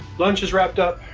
lunch is wrapped up.